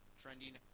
trending